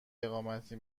اقامتی